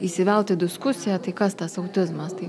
įsivelt į diskusiją tai kas tas autizmas tai